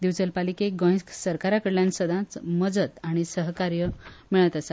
दिवचल पालिकेक गोंय सरकारा कडल्यान सदांच मजत आनी सहकार्य मेळत आसा